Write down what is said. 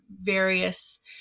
various